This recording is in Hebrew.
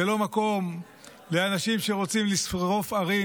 זה לא מקום לאנשים שרוצים לשרוף ערים.